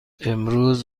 امروز